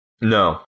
No